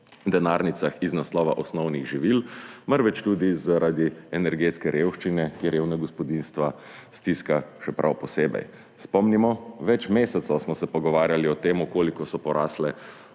denarnicah z naslova osnovnih živil, marveč tudi zaradi energetske revščine, ki revna gospodinjstva stiska še prav posebej. Spomnimo, več mesecev smo se pogovarjali o tem, koliko so porastle